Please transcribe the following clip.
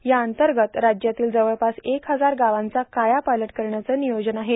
या अंतगत राज्यातील जवळपास एक हजार गावांचा कायापालट करण्याचं र्नियोजन आहे